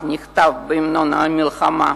כך נכתב בהמנון המלחמה: